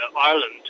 Ireland